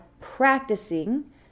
practicing